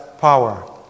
power